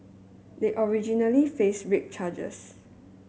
they originally faced rape charges